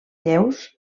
lleus